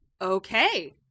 Okay